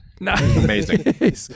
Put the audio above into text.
amazing